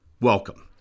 welcome